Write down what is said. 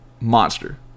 Monster